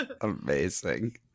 Amazing